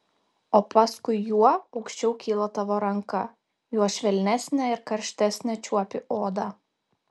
o paskui juo aukščiau kyla tavo ranka juo švelnesnę ir karštesnę čiuopi odą